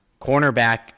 cornerback